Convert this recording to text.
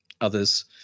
others